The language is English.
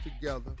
together